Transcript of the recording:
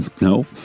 no